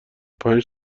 پنج